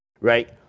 right